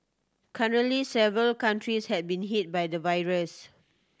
currently several countries had been hit by the virus